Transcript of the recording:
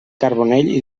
carbonell